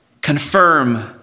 confirm